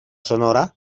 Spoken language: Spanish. sonora